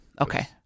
Okay